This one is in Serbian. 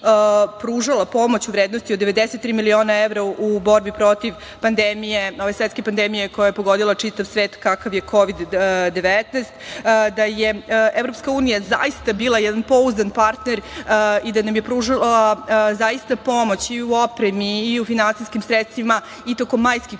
pružala pomoć u vrednosti od 93 miliona evra u borbi protiv svetske pandemije koja je pogodila čitav svet, kakav je Kovid 19, da je EU zaista bila jedan pouzdan partner i da nam je pružala pomoć i u opremi i u finansijskim sredstvima i tokom majskih